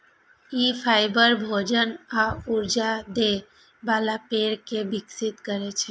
ई fibre, भोजन आ ऊर्जा दै बला पेड़ कें विकसित करै छै